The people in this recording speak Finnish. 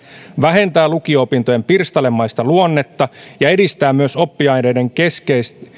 vähentää lukio opintojen pirstalemaista luonnetta ja edistää myös oppiaineiden keskeisistä